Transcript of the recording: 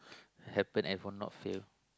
happen I will not fail